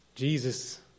Jesus